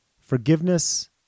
forgiveness